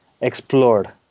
explored